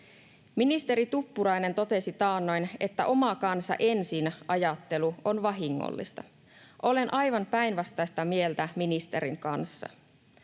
Ministeri Tuppurainen totesi taannoin, että oma kansa ensin ‑ajattelu on vahingollista. Olen aivan päinvastaista mieltä ministerin kanssa.